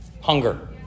Hunger